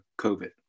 COVID